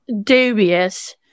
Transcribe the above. dubious